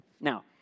Now